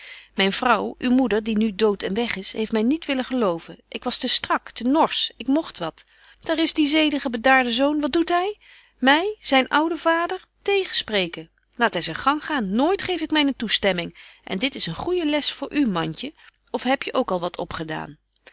myn vrouw uw moeder die nu doot en weg is heeft my niet willen geloven ik was te strak te norsch ik mogt wat daar is die zedige bedaarde zoon wat doet hy my zyn ouwen vader tegenspreken laat hy zyn gang gaan nooit geef ik myne toestemming en dit is een goeje les betje wolff en aagje deken historie van mejuffrouw sara burgerhart voor u mantje of heb je ook al wat opgedaan